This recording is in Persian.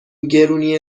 گرونی